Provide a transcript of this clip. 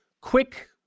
quick